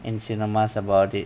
in cinemas about it